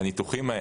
בניתוחים,